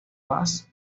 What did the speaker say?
bass